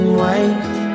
white